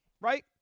right